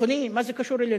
ביטחוני, מה זה קשור אלינו?